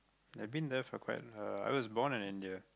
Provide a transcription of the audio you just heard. I've been there for quite uh I was born in India